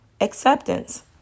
acceptance